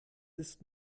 ist